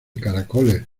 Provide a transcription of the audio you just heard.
caracoles